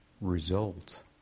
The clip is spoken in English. result